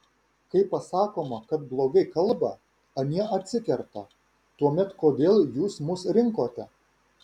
kai pasakoma kad blogai kalba anie atsikerta tuomet kodėl jūs mus rinkote